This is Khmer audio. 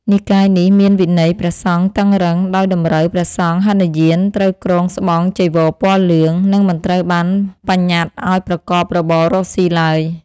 និកាយនេះមានវិន័យព្រះសង្ឃតឹងរ៉ឹង ដោយតម្រូវព្រះសង្ឃហីនយានត្រូវគ្រងស្បង់ចីវរពណ៌លឿង និងមិនត្រូវបានបញ្ញត្តិឱ្យប្រកបរបររកស៊ីឡើយ។